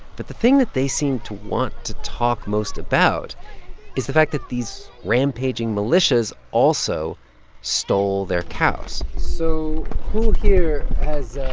but the thing that they seem to want to talk most about is the fact that these rampaging militias also stole their cows so who here has